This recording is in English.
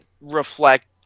reflect